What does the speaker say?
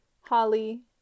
Holly